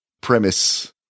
premise